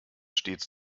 stets